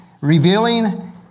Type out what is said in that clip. Revealing